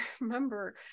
remember